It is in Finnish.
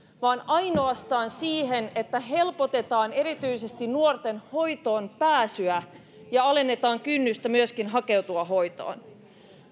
vaan ainoastaan siihen että helpotetaan erityisesti nuorten hoitoon pääsyä ja alennetaan kynnystä myöskin hakeutua hoitoon